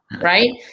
Right